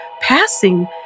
Passing